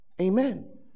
amen